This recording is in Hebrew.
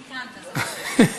תיקנת, זה בסדר.